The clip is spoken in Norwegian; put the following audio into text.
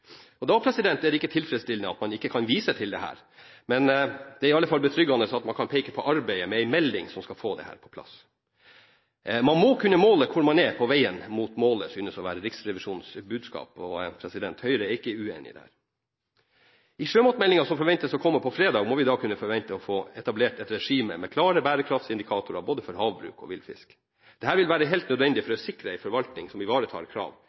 målformuleringer. Da er det ikke tilfredsstillende at man ikke kan vise til dette, men det er i alle fall betryggende at man kan peke på arbeidet med en melding som skal få dette på plass. Man må kunne måle hvor man er på veien mot målet, synes å være Riksrevisjonens budskap. Høyre er ikke uenig i det. I sjømatmeldingen som forventes å komme på fredag, må vi kunne forvente å få etablert et regime med klare bærekraftsindikatorer for både havbruk og villfisk. Dette vil være helt nødvendig for å sikre en forvaltning som ivaretar krav